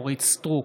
אורית מלכה סטרוק,